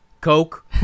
Coke